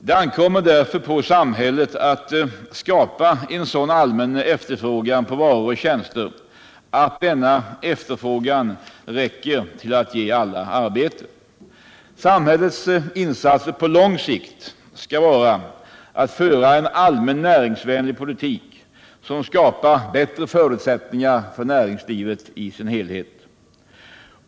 Det ankommer därför på samhället att skapa en sådan allmän efterfrågan på varor och tjänster att denna efterfrågan räcker till att ge alla arbete. Samhällets insatser på lång sikt skall vara att föra en allmänt näringsvänlig politik som skapar bättre förutsättningar för näringslivet i dess helhet.